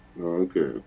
Okay